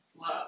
love